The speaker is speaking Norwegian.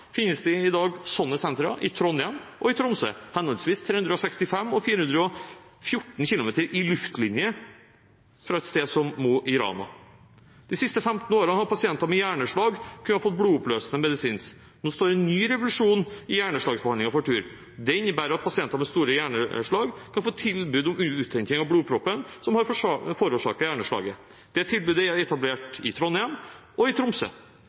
finnes det i dag sånne senter i Trondheim og i Tromsø, henholdsvis 365 kilometer og 414 kilometer – i luftlinje – fra et sted som Mo i Rana. De siste 15 årene har pasienter med hjerneslag kunnet få blodoppløsende medisin. Nå står en ny revolusjon i hjerneslagbehandlingen for tur. Det innebærer at pasienter med store hjerneslag kan få tilbud om uthenting av blodproppen som har forårsaket hjerneslaget. Det tilbudet er etablert i Trondheim og i Tromsø.